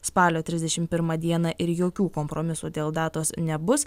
spalio trisdešim pirmą dieną ir jokių kompromisų dėl datos nebus